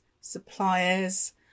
suppliers